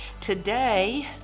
Today